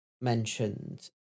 mentioned